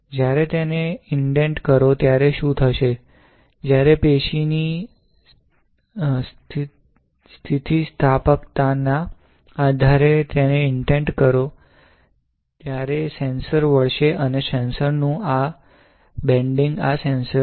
જ્યારે તેને ઇન્ડેન્ટ કરો ત્યારે શું થશે જ્યારે પેશીની સ્થિતિસ્થાપકતાના આધારે તેને ઇન્ડેન્ટ કરો ત્યારે સેન્સર વળશે અને સેન્સર નું આ બેન્ડિંગ આ સેન્સર છે